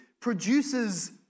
produces